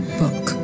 book